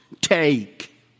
take